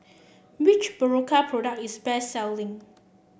which Berocca product is best selling